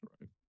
Right